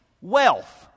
wealth